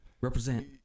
Represent